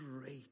great